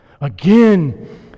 again